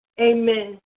Amen